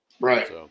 Right